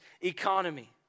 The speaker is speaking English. economy